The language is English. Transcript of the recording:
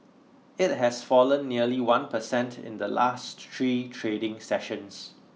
it has fallen nearly one percent in the last three trading sessions